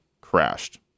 crashed